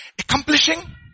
accomplishing